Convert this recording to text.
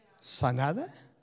sanada